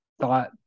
thought